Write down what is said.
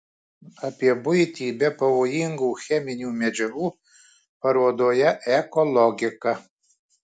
apie buitį be pavojingų cheminių medžiagų parodoje eko logika